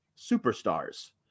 superstars